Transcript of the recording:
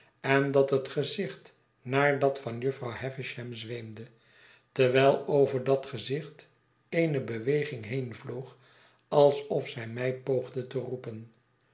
en dat het gezicht naar dat van jufvrouw havisham zweemde terwijl over dat gezicht eene beweging heenvloog alsof zij mij poogde te roepen